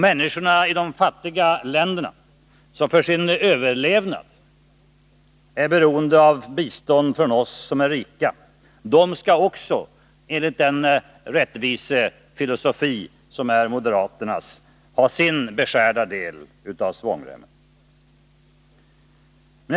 Människorna i de fattiga länderna, som för sin överlevnad är beroende av bistånd från oss som är rika, skall också enligt den rättvisefilosofi som är moderaternas ha sin beskärda del av svångremspolitiken.